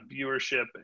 viewership